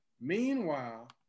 Meanwhile